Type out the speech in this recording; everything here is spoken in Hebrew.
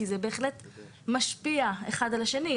כי זה בהחלט משפיע אחד על השני.